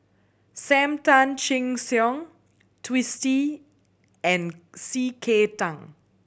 Sam Tan Chin Siong Twisstii and C K Tang